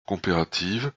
coopérative